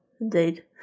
Indeed